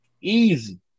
Easy